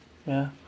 ya